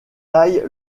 taille